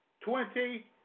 twenty